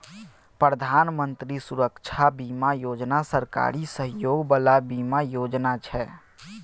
प्रधानमंत्री सुरक्षा बीमा योजना सरकारी सहयोग बला बीमा योजना छै